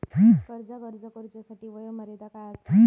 कर्जाक अर्ज करुच्यासाठी वयोमर्यादा काय आसा?